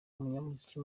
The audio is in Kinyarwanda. umunyamuziki